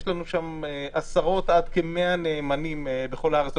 יש לנו עשרות עד כ-100 נאמנים בכל הארץ.